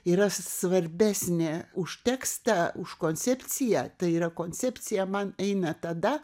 yra svarbesnė už tekstą už koncepciją tai yra koncepcija man eina tada